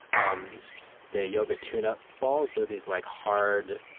um the yoga tune-up balls. they're these, like, hard,